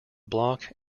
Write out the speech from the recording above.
block